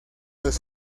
los